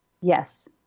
yes